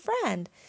friend